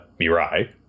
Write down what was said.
Mirai